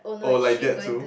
oh like that too